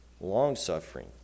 long-suffering